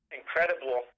incredible